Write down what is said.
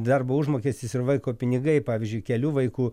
darbo užmokestis ir vaiko pinigai pavyzdžiui kelių vaikų